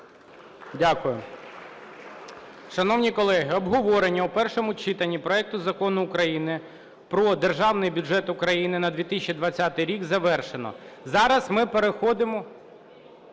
Дякую. Шановні колеги, обговорення у першому читанні проекту Закону України про Державний бюджет України на 2020 рік завершено. Зараз ми переходимо…